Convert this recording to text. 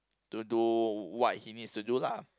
to do what he needs to do lah